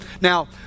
Now